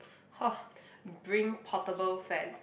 !ho! bring portable fan